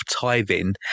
tithing